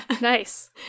Nice